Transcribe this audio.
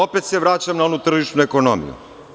Opet se vraćam na onu tržišnu ekonomiju.